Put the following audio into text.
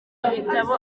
ibitabo